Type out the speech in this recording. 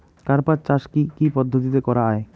কার্পাস চাষ কী কী পদ্ধতিতে করা য়ায়?